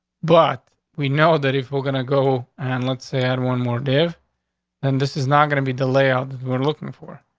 but we know that if we're gonna go on, and let's say i had one more death and this is not gonna be delay out who were looking for.